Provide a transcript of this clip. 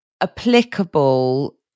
applicable